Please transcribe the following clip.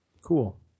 Cool